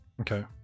Okay